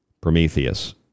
Prometheus